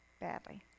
badly